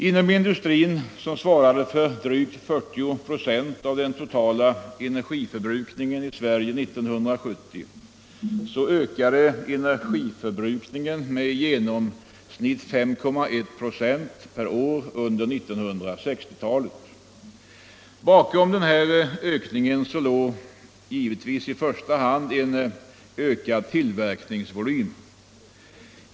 Inom industrin, som svarade för drygt 40 96 av den totala energiförbrukningen i Sverige 1970, ökade energiförbrukningen med i genomsnitt 5,1 4 per år under 1960-talet. Bakom denna ökning låg givetvis i första hand en ökad tillverkningsvolym.